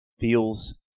feels